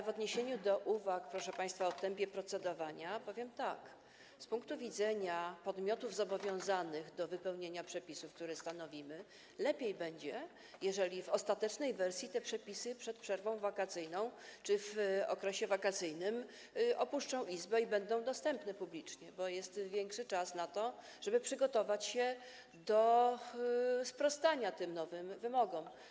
W odniesieniu do uwag, proszę państwa, o tempie procedowania powiem tak: Z punktu widzenia podmiotów zobowiązanych do wypełnienia przepisów, które stanowimy, lepiej będzie, jeżeli w ostatecznej wersji te przepisy opuszczą Izbę przed przerwą wakacyjną czy w okresie wakacyjnym i będą dostępne publicznie, bo wtedy czas na to, żeby przygotować się do sprostania tym nowym wymogom, będzie dłuższy.